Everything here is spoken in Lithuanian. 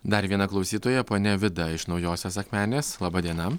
dar viena klausytoja ponia vida iš naujosios akmenės laba diena